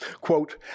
quote